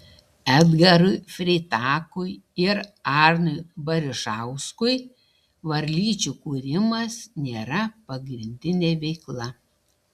edgarui freitakui ir arnui barišauskui varlyčių kūrimas nėra pagrindinė veikla